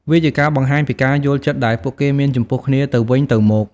វាជាការបង្ហាញពីការយល់ចិត្តដែលពួកគេមានចំពោះគ្នាទៅវិញទៅមក។